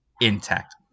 intact